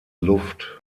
luft